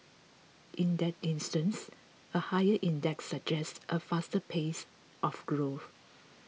in that instance a higher index suggests a faster pace of growth